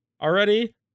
already